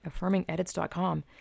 AffirmingEdits.com